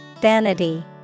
Vanity